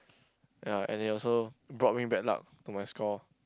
ya and he also brought me bad luck to my score